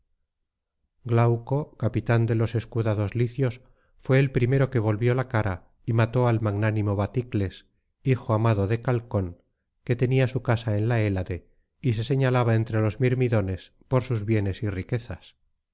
glauco capitán de los escudados licios fué el primero que volvió la cara y mató al magnánimo baticles hijo amado de calcón que tenía su casa en la hélade y se señalaba entre los mirmidones por sus bienes y riquezas